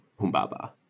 Humbaba